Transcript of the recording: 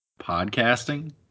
podcasting